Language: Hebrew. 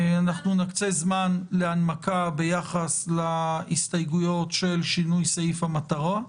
אנחנו נקצה זמן להנמקה ביחס להסתייגויות של שינוי סעיף המטרה,